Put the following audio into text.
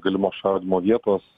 galimos šaudymo vietos